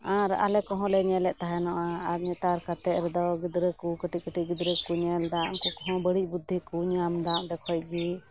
ᱟᱨ ᱟᱞᱮ ᱠᱚᱦᱚᱸᱞᱮ ᱧᱮᱞᱮᱫ ᱠᱟᱱ ᱛᱟᱦᱮᱱᱚᱜᱼᱟ ᱟᱨ ᱱᱮᱛᱟᱨ ᱠᱟᱛᱮᱫ ᱨᱮᱫᱚ ᱜᱤᱫᱽᱨᱟᱹᱠᱚ ᱠᱟᱹᱴᱤᱡ ᱠᱟᱹᱴᱤᱡ ᱜᱤᱫᱽᱨᱟᱹᱠᱚ ᱧᱮᱞᱫᱟ ᱩᱝᱠᱚ ᱠᱚᱦᱚᱸ ᱵᱟᱹᱲᱤᱡ ᱵᱩᱫᱽᱫᱷᱤ ᱠᱚ ᱧᱟᱢᱫᱟ ᱚᱸᱰᱮ ᱠᱷᱚᱡᱜᱤ